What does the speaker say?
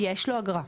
יש לו אגרה.